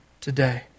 today